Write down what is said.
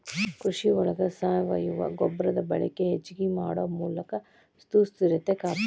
ಕೃಷಿ ಒಳಗ ಸಾವಯುವ ಗೊಬ್ಬರದ ಬಳಕೆ ಹೆಚಗಿ ಮಾಡು ಮೂಲಕ ಸುಸ್ಥಿರತೆ ಕಾಪಾಡುದು